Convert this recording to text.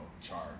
charge